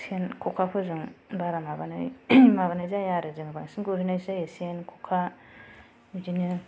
सेन खखाफोरजों बारा माबानाय माबानाय जाया आरो जों बांसिन गुरहैनायसो जायो सेन खखा बिदिनो